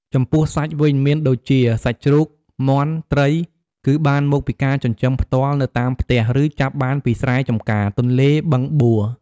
ចំពោះសាច់វិញមានដូចជា សាច់ជ្រូក មាន់ ត្រីគឺបានមកពីការចិញ្ចឹមផ្ទាល់នៅតាមផ្ទះ ឬចាប់បានពីស្រែចម្ការ ទន្លេ បឹងបួ។